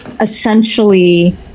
essentially